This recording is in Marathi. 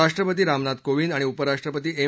राष्ट्रपती रामनाथ कोविद आणि उपराष्ट्रपती एम